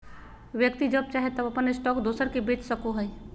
व्यक्ति जब चाहे तब अपन स्टॉक दोसर के बेच सको हइ